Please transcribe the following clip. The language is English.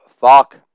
fuck